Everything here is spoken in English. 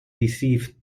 deceived